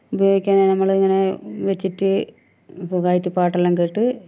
ഉപയോഗിക്കാം ഇങ്ങനെ വെച്ചിട്ട് സുഖമായിട്ട് പാട്ടെല്ലാം കേട്ട്